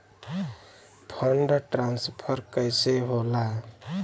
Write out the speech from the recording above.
Fund transfer कैसे होला?